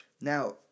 now